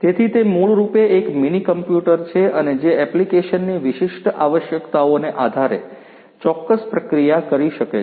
તેથી તે મૂળરૂપે એક મીની કમ્પ્યુટર છે અને જે એપ્લિકેશનની વિશિષ્ટ આવશ્યકતાઓને આધારે ચોક્કસ પ્રક્રિયા કરી શકે છે